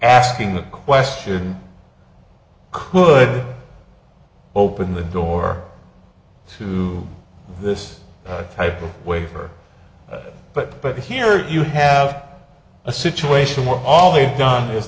asking the question could open the door to this type of waiver but but here you have a situation where all they've done is